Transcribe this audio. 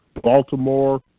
Baltimore